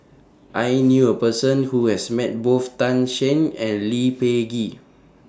I knew A Person Who has Met Both Tan Shen and Lee Peh Gee